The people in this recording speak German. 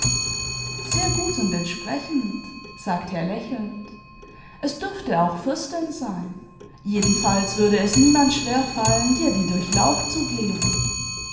sehr gut und entsprechend sagte er lächelnd es dürfte auch fürstin sein jedenfalls würde es niemand schwer fallen dir die durchlaucht zu geben